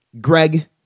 Greg